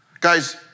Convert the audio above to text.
Guys